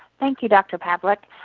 thank you, dr. pavlik.